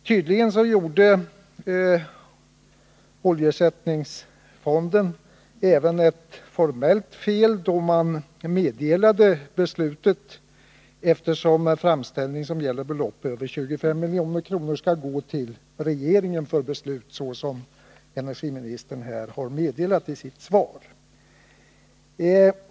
Tydligen gjorde oljeersättningsfonden även ett formellt fel då den meddelade beslutet, eftersom en framställning som gäller belopp över 25 milj.kr. skall, som energiministern framhöll i sitt svar, överlämnas till regeringen för beslut.